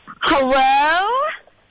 Hello